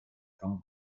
rhwng